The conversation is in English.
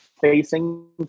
facing